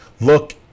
Look